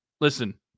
listen